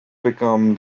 became